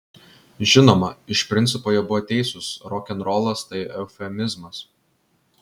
žinoma iš principo jie buvo teisūs rokenrolas tai eufemizmas